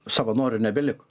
savanorių nebeliko